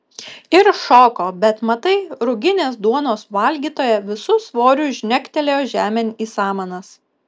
ir šoko bet matai ruginės duonos valgytoja visu svoriu žnegtelėjo žemėn į samanas